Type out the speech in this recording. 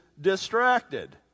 distracted